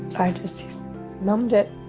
i just numbed it.